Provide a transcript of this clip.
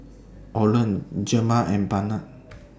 Oland Gemma and Barnett